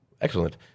Excellent